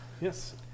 Yes